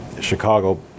Chicago